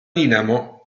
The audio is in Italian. dinamo